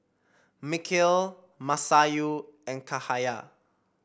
Mikhail Masayu and Cahaya